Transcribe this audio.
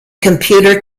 computer